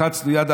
לחצנו יד.